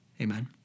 Amen